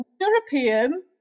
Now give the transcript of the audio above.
European